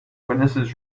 witnesses